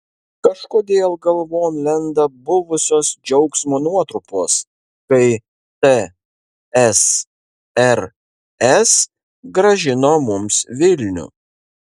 kažkodėl galvon lenda buvusios džiaugsmo nuotrupos kai tsrs grąžino mums vilnių